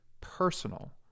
personal